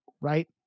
right